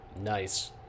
Nice